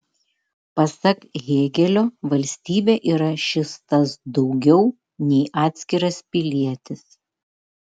pasak hėgelio valstybė yra šis tas daugiau nei atskiras pilietis